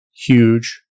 huge